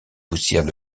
poussières